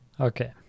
Okay